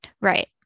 Right